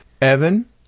Evan